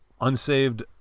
unsaved